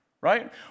right